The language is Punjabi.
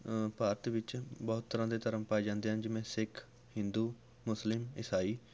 ਭਾਰਤ ਵਿੱਚ ਬਹੁਤ ਤਰ੍ਹਾਂ ਦੇ ਧਰਮ ਪਾਏ ਜਾਂਦੇ ਹਨ ਜਿਵੇਂ ਸਿੱਖ ਹਿੰਦੂ ਮੁਸਲਿਮ ਈਸਾਈ